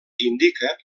indica